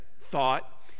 thought